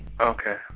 Okay